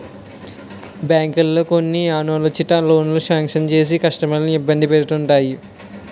బ్యాంకులు కొన్ని అనాలోచిత లోనులు శాంక్షన్ చేసి కస్టమర్లను ఇబ్బంది పెడుతుంటాయి